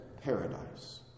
paradise